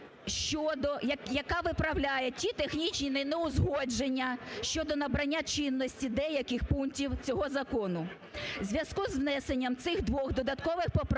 яка виправляє ті технічні неузгодження щодо набрання чинності деяких пунктів цього закону. У зв'язку із внесенням цих двох додаткових поправок